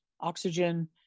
oxygen